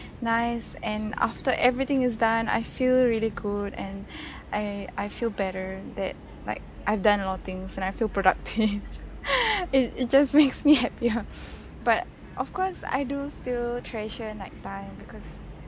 nice and after everything is done I feel really good and I I feel better that like I've done a lot of things and I feel productive it it just makes me happier but of course I do still treasure night time because